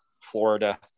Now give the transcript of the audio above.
Florida